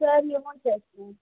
sir you want tell